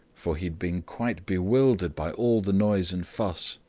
for he had been quite bewildered by all the noise and fuss.